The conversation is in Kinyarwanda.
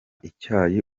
icyayi